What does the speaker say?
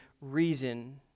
reason